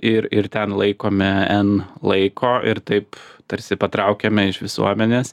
ir ir ten laikome en laiko ir taip tarsi patraukiame iš visuomenės